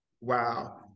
Wow